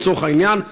לצורך העניין.